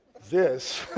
this,